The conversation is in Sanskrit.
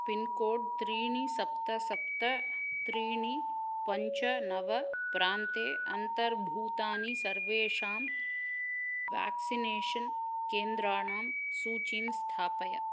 पिन्कोड् त्रीणि सप्त सप्त त्रीणि पञ्च नव प्रान्ते अन्तर्भूतानि सर्वेषां व्याक्सिनेषन् केन्द्राणां सूचिं स्थापय